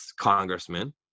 congressman